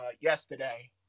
yesterday